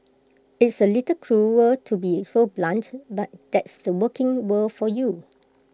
it's A little cruel to be so blunt but that's the working world for you